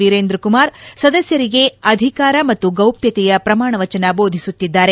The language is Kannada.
ವೀರಂದ್ರ ಕುಮಾರ್ ಸದಸ್ಕರಿಗೆ ಅಧಿಕಾರ ಮತ್ತು ಗೌಪ್ಯತೆಯ ಪ್ರಮಾಣ ವಚನ ಬೋಧಿಸುತ್ತಿದ್ದಾರೆ